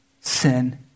sin